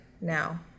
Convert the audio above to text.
now